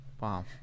Wow